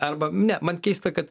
arba ne man keista kad